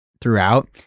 throughout